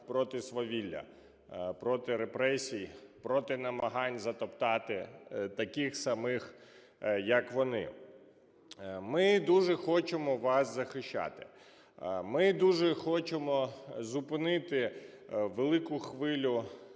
проти свавілля, проти репресій, проти намагань затоптати таких самих, як вони. Ми дуже хочемо вас захищати. Ми дуже хочемо зупинити велику хвилю